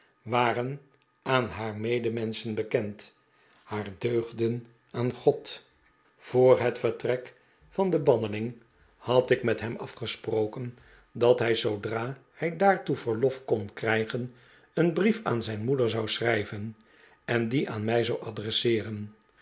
waren aan haar medemenschen bekend haar deugden aan god vr het vertrek van den banneling had ik met hem afgesproken dat hij zoodra hij daartoe verlof kon krijgen een brief aan zijn moeder zou schrijven en dien aan mij zou adresseeren